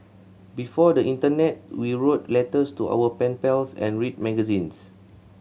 before the internet we wrote letters to our pen pals and read magazines